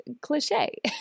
cliche